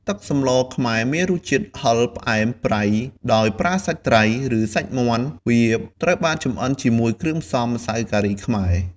ទឹកសម្លខ្មែរមានរសជាតិហឹរផ្អែមប្រៃដោយប្រើសាច់ត្រី ឬសាច់មាន់ វាត្រូវបានចម្អិនជាមួយគ្រឿងផ្សំម្សៅការីខ្មែរ។